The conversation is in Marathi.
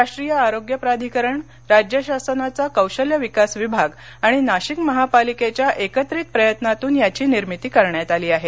राष्ट्रीय आरोग्य प्राधिकरण राज्य शासनाचा कौशल्य विकास विभाग आणि नाशिक महापालिकेच्या एकत्रित प्रयत्नातून याची निर्मिती करण्यात आली आहे